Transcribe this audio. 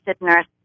nurse